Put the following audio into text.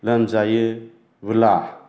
लोमजायो बोला